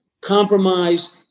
compromise